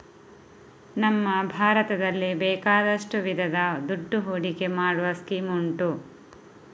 ನಮ್ಮ ಭಾರತದಲ್ಲಿ ಬೇಕಾದಷ್ಟು ವಿಧದ ದುಡ್ಡು ಹೂಡಿಕೆ ಮಾಡುವ ಸ್ಕೀಮ್ ಉಂಟು